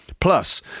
Plus